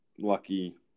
lucky